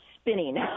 spinning